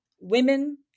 Women